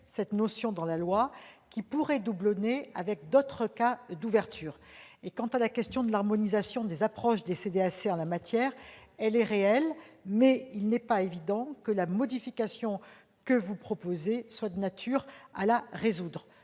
cette notion dans la loi qui pourrait doublonner avec d'autres cas d'ouverture. Quant à la question de l'harmonisation des approches des CDAC en la matière, elle est réelle, mais il n'est pas évident que la modification proposée soit de nature à la résoudre.